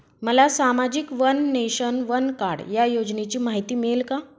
मला सामाजिक one nation, one card या योजनेची माहिती मिळेल का?